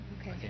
Okay